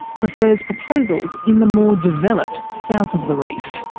prefers proposals in the more developed south of the reef.